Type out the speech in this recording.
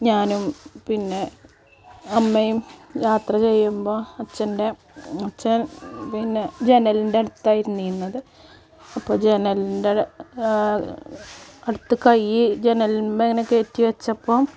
ഞാനും പിന്നെ അമ്മയും യാത്ര ചെയ്യുമ്പോൾ അച്ഛൻ്റെ അച്ഛൻ പിന്നെ ജനലിൻ്റെ അടുത്തായിരുന്നു ഇരുന്നത് അപ്പോൾ ജനലിൻ്റെ അടുത്ത് കയ്യ് ജനലിന്മേൽ ഇങ്ങനെ കയറ്റി വച്ചപ്പം